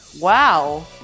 Wow